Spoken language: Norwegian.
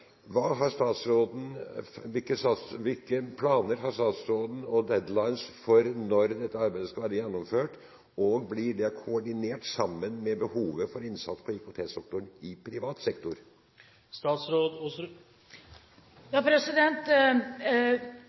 Hvilke planer og deadlines har statsråden for når dette arbeidet skal være gjennomført, og blir det koordinert sammen med behovet for innsats på IKT-sektoren i privat